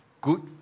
good